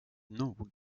nog